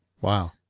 Wow